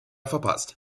verpasst